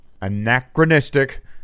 anachronistic